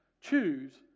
choose